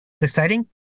exciting